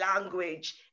language